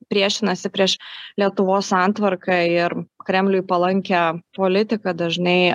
priešinasi prieš lietuvos santvarką ir kremliui palankią politiką dažnai